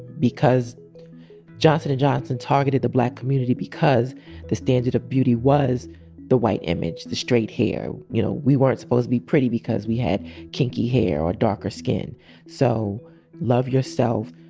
because johnson and johnson targeted the black community, because the standard of beauty was the white image, the straight hair you know, we weren't supposed to be pretty because we had kinky hair or darker skin so love yourself.